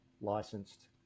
licensed